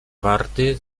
warty